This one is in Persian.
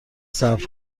صبر